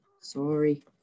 Sorry